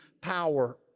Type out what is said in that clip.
power